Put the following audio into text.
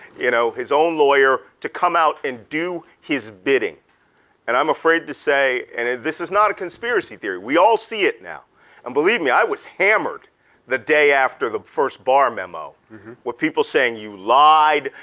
you know his own lawyer to come out and do his bidding and i'm afraid to say, and this is not a conspiracy theory, we all see it now and believe me, i was hammered the day after the first barr memo with people saying you lied,